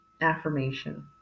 affirmation